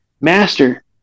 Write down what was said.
Master